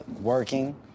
Working